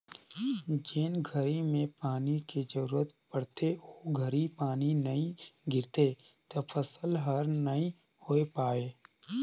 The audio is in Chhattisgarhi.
जेन घरी में पानी के जरूरत पड़थे ओ घरी पानी नई गिरथे त फसल हर नई होय पाए